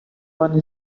one